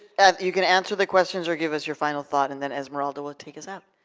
and you can answer the questions or give us your final thought, and then esmeralda will take us out.